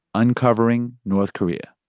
uncovering north korea